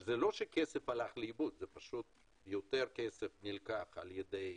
זה לא שכסף הלך לאיבוד זה יותר כסף נלקח על ידי